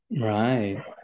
Right